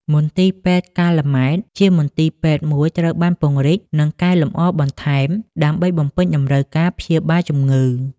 មន្ទីរពេទ្យកាល់ម៉ែត ជាមន្ទីរពេទ្យមួយត្រូវបានពង្រីក និងកែលម្អបន្ថែម ដើម្បីបំពេញតម្រូវការព្យាបាលជំងឺ។